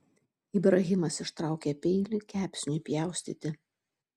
ibrahimas ištraukė peilį kepsniui pjaustyti